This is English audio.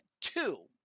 two